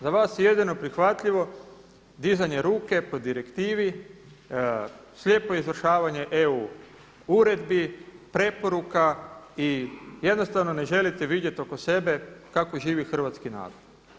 Za vas je jedino prihvatljivo dizanje ruke po direktivi, slijepo izvršavanje EU uredbi, preporuka i jednostavno ne želite vidjeti oko sebe kako živi hrvatski narod.